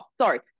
sorry